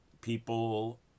people